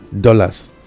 dollars